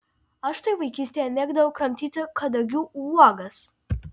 aš štai vaikystėje mėgdavau kramtyti kadagių uogas